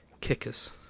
kickers